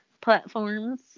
platforms